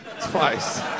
twice